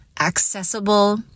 accessible